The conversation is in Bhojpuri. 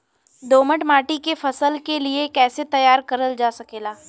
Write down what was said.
दोमट माटी के फसल के लिए कैसे तैयार करल जा सकेला?